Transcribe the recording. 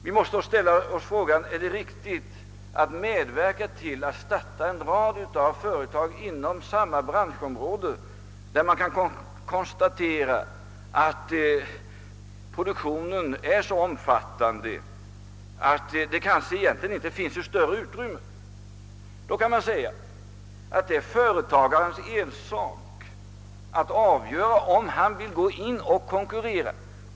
Vi måste ställa oss frågan: Är det riktigt att medverka till att starta en rad företag inom en bransch där produktionen redan är så omfattande att det egentligen inte finns något större utrymme för fler företag? Någon kanske vill invända att det är företagarens ensak att avgöra om han finner det lönsamt att konkurrera.